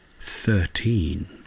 Thirteen